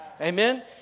Amen